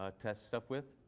ah test stuff with.